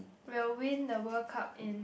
will win the World Cup in